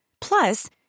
Plus